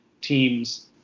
teams